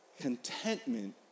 Contentment